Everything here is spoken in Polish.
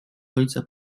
ojca